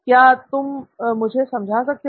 क्या तुम मुझे समझा सकते हो